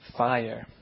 fire